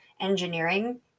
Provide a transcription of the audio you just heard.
engineering